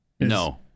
No